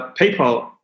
PayPal